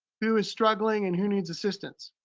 who is struggling and who needs assistance.